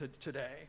today